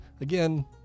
Again